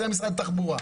זה היה משרד התחבורה.